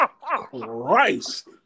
Christ